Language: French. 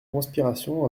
conspiration